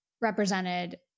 represented